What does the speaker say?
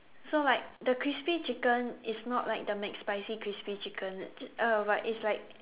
so like the crispy chicken is not like the McSpicy crispy chicken uh but it's like